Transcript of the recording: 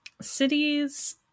cities